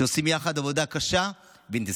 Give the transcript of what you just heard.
שעושים יחד עבודה קשה ואינטנסיבית.